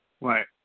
Right